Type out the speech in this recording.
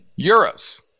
euros